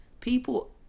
People